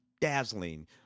dazzling